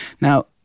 Now